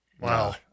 Wow